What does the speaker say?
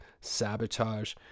sabotage